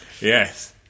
Yes